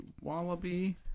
wallaby